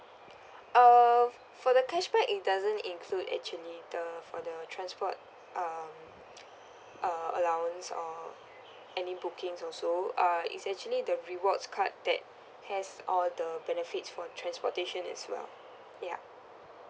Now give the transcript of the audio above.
uh for the cashback it doesn't include actually the for the transport um uh allowance or any bookings also uh it's actually the rewards card that has all the benefits for transportation as well yup